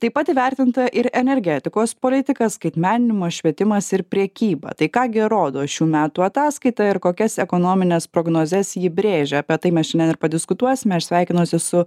taip pat įvertinta ir energetikos politika skaitmeninimo švietimas ir prekyba tai ką gi rodo šių metų ataskaita ir kokias ekonomines prognozes ji brėžia apie tai mes šiandien ir padiskutuosime aš sveikinosi su